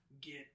get